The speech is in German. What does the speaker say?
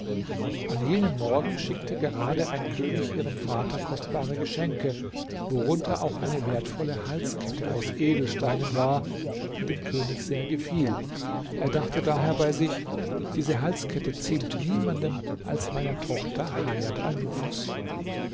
an jenem morgen schickte gerade ein könig ihrem vater kostbare geschenke worunter auch eine wertvolle halskette aus edelsteinen war die dem könig sehr gefiel er dachte daher bei sich diese halskette ziemt niemanden als meiner tochter